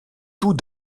tout